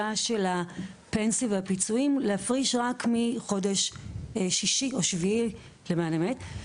של הפנסיה והפיצויים להפריש רק מחודש שישי או שביעי למען האמת,